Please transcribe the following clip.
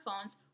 phones